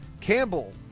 Campbell